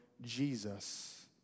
Jesus